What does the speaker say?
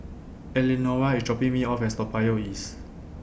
Eleanora IS dropping Me off At Toa Payoh East